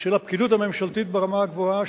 של הפקידות הממשלתית ברמה הגבוהה,